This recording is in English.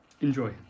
enjoy